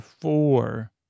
four